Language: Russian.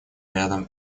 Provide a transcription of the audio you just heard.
рядом